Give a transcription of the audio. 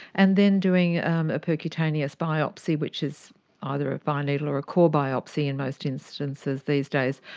and then doing a percutaneous biopsy, which is either a fine needle or a core biopsy in most instances these days,